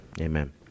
Amen